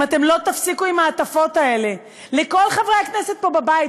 אם אתם לא תפסיקו עם ההטפות האלה לכל חברי הכנסת פה בבית,